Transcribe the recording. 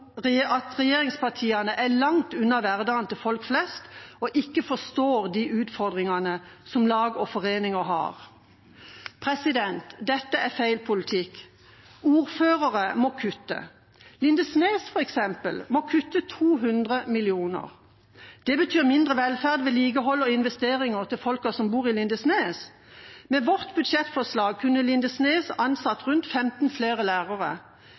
om at regjeringspartiene er langt unna hverdagen til folk flest og ikke forstår de utfordringene som lag og foreninger har. Dette er feil politikk. Ordførere må kutte. Lindesnes må f.eks. kutte 200 mill. kr. Det betyr mindre velferd, vedlikehold og investeringer til folk som bor i Lindesnes. Med vårt budsjettforslag kunne Lindesnes ansatt rundt 15 flere lærere.